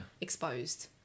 exposed